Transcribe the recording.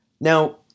Now